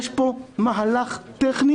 יש פה מהלך טכני